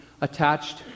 attached